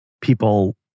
people